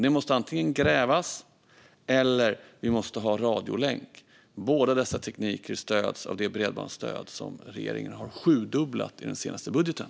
Det måste antingen grävas eller bli radiolänk. Båda dessa tekniker stöds av det bredbandsstöd som regeringen har sjudubblat i den senaste budgeten.